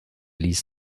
ließ